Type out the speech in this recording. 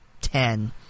ten